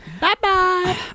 Bye-bye